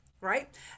Right